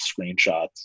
screenshots